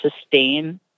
sustain